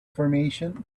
formation